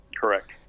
Correct